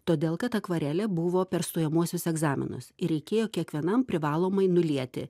todėl kad akvarelė buvo per stojamuosius egzaminus ir reikėjo kiekvienam privalomai nulieti